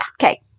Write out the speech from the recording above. Okay